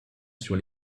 sur